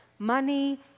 money